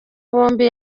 bombi